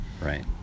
Right